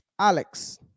Alex